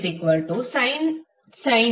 ನಿಮಗೆ sin AB sin A cosBcosA sin B